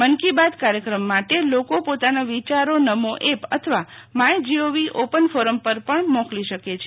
મન કી બાત કાર્યક્રમ લોકો પોતાના વિચારો નમો એપ અથવા માય જીઓવી ઓપન ફોરમ પર પણ મોકલી શકે છે